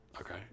Okay